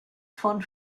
von